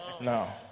No